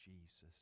Jesus